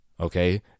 okay